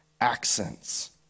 accents